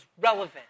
relevant